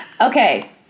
Okay